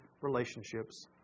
relationships